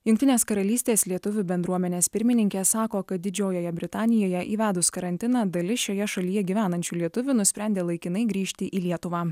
jungtinės karalystės lietuvių bendruomenės pirmininkė sako kad didžiojoje britanijoje įvedus karantiną dalis šioje šalyje gyvenančių lietuvių nusprendė laikinai grįžti į lietuvą